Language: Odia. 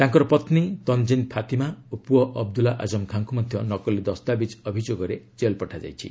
ତାଙ୍କର ପତ୍ନୀ ତନଞ୍ଜିନ୍ ଫାତିମା ଓ ପୁଅ ଅବଦୁଲ୍ଲା ଆଜମ ଖାଁଙ୍କୁ ମଧ୍ୟ ନକଲି ଦସ୍ତାବିଜ୍ ଅଭିଯୋଗରେ ଜେଲ୍ ପଠାଯାଇଛି